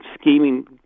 scheming